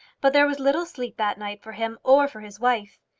but there was little sleep that night for him or for his wife!